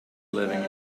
living